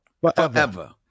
Forever